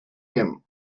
him